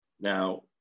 Now